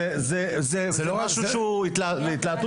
זה התלהטות